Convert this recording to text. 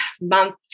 month